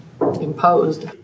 imposed